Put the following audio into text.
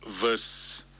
verse